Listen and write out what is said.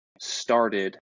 started